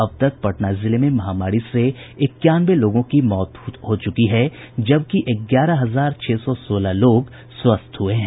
अब तक पटना जिले में महामारी से इक्यानवे लोगों की मौत हो गयी जबकि ग्यारह हजार छह सौ सोलह लोग स्वस्थ हो चुके हैं